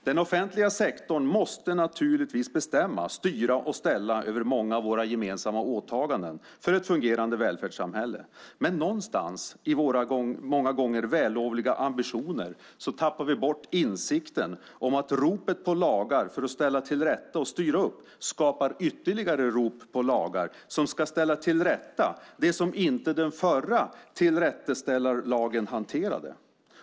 Den offentliga sektorn måste naturligtvis bestämma, styra och ställa över många av våra gemensamma åtaganden för ett fungerande välfärdssamhälle, men någonstans i våra många gånger vällovliga ambitioner tappar vi bort insikten om att ropet på lagar för att ställa till rätta och styra upp skapar ytterligare rop på lagar som ska ställa till rätta det som inte den förra tillrättaställandelagen hanterade.